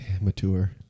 Mature